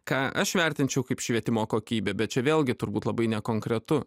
ką aš vertinčiau kaip švietimo kokybę bet čia vėlgi turbūt labai nekonkretu